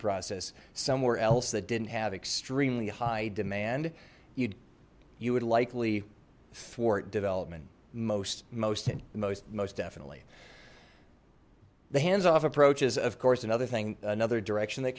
process somewhere else that didn't have extremely high demand you you would likely fort development most most most most definitely the hands off approach is of course another thing another direction th